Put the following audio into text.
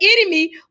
enemy